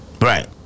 Right